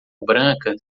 branca